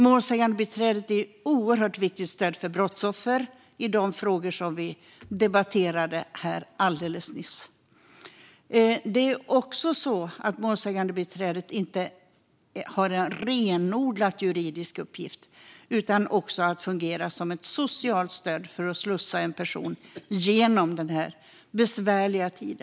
Målsägandebiträdet är ett oerhört viktigt stöd för brottsoffer i de frågor som vi debatterade här alldeles nyss. Målsägandebiträdet har inte heller en renodlad juridisk uppgift utan fungerar också som ett socialt stöd för att slussa en person genom en besvärlig tid.